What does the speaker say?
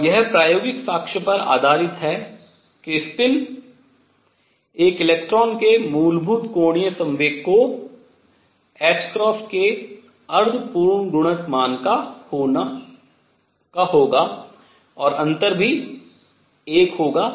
और यह प्रायोगिक साक्ष्य पर आधारित है कि स्पिन एक इलेक्ट्रॉन के मूलभूत कोणीय संवेग को के अर्ध पूर्ण गुणज मान का होगा और अंतर अभी भी 1 होगा